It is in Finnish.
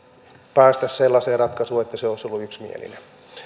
päästä sellaiseen ratkaisuun että se olisi ollut yksimielinen